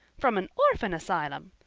from an orphan asylum!